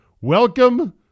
welcome